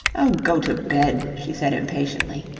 oh, go to bed, she said impatiently.